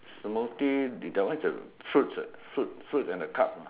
smoking that one is a fruits ah fruit fruits and the cup ah